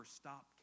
stop